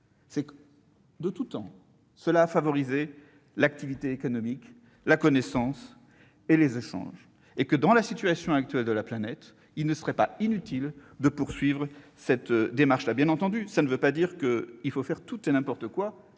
migrations. De tout temps, celles-ci ont favorisé l'activité économique, la connaissance et les échanges ! Dans la situation actuelle de la planète, il ne serait pas inutile de poursuivre une telle démarche ! Bien entendu, cela ne signifie pas qu'il faut faire tout et n'importe quoi,